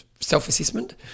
self-assessment